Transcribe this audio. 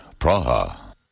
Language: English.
Praha